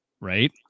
right